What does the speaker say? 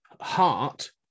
heart